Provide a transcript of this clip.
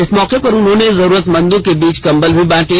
इस मौके पर उन्होंने जरूरतमंदों के बीच कम्बल भी बांटे